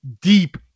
deep